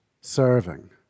serving